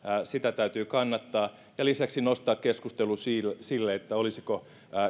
täytyy kannattaa ja lisäksi nostaa keskustelu siitä olisiko